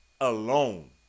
alone